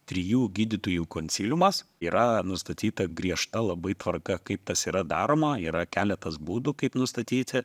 trijų gydytojų konsiliumas yra nustatyta griežta labai tvarka kaip tas yra daroma yra keletas būdų kaip nustatyti